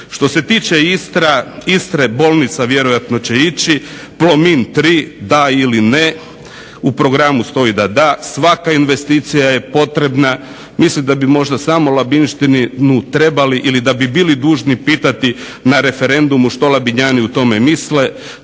Što se tiče Istre, bolnica vjerojatno će ići, Plomin tri da ili ne. U programu stoji da da. Svaka investicija je potrebna. Mislim da bi možda samo Labinštinu trebali ili da bi bili dužni pitati na referendumu što Labinjani o tome misle.